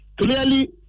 Clearly